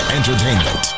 Entertainment